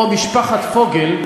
או משפחת פוגל,